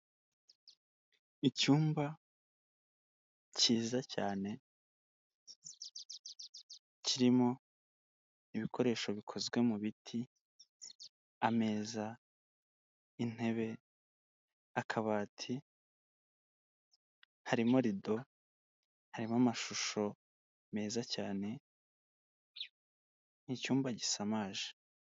Icyumba cyiza cyane kirimo ibikoresho bikozwe mu biti; ameza, intebe, akabati, harimo rido, harimo amashusho meza cyane ni icyumba gisamaje.